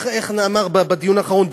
כמו שנאמר בדיון האחרון,